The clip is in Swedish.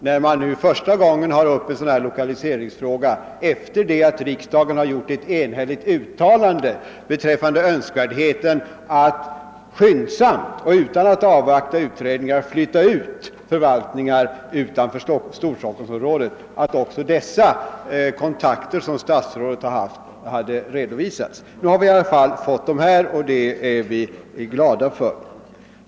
När man nu första gången tar upp en sådan lokaliseringsfråga efter det att riksdagen gjort ett enhälligt uttalande beträffande önskvärdheten att skyndsamt och utan att avvakta utredningar flytta ut förvaltningar utanför Storstockholmsområdet, tycker jag att också de kontakter som statsrådet har haft borde ha redovisats. Nu har vi i alla fall fått denna redovisning, och det är vi glada för.